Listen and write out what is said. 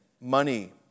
money